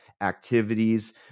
activities